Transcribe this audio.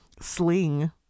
sling